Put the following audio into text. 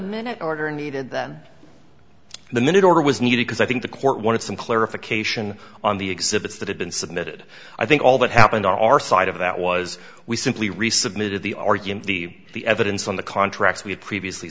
minute order needed then the minute order was needed because i think the court wanted some clarification on the exhibits that had been submitted i think all that happened on our side of that was we simply resubmitted the argument be the evidence on the contracts we had previously